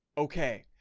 ok